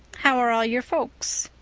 how are all your folks?